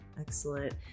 Excellent